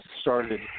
started